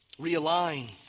realign